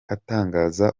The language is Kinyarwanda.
atangaza